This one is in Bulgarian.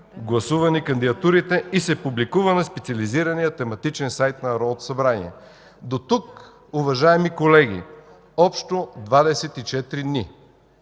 гласувани кандидатурите и се публикува на специализирания тематичен сайт на Народното събрание. До тук, уважаеми колеги, общо 24 дни,